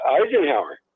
Eisenhower